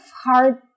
hard